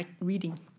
reading